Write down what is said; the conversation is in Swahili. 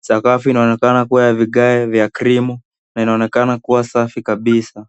Sakafu inaonekana kuwa ya vigae vya krimu na inaonekana kuwa safi kabisa.